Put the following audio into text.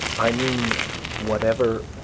i mean whatever,